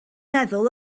meddwl